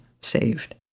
saved